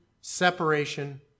separation